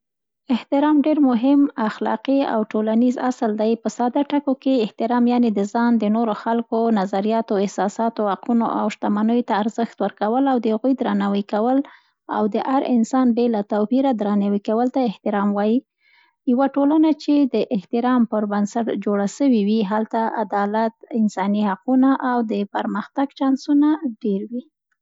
احترام ډېر مهم اخلاقي او ټولنیز اصل دی په ساده ټکو، احترام یعنې د ځان، نورو خلکو، نظریاتو، احساساتو، حقوقو او شتمنیو ته ارزښت ورکول او د هغوی درناوی کول او د هر انسان بې له توپیره درناوی کول ته احترام وایي. یوه ټولنه، چي د احترام پر بنسټ جوړه سوي وي، هلته عدالت، انساني حقونه او د پرمختګ چانسونه زیات وي.